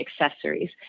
accessories